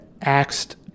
axed